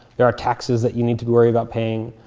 there are taxes that you need to worry about paying.